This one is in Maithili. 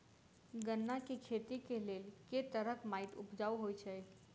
गन्ना केँ खेती केँ लेल केँ तरहक माटि उपजाउ होइ छै?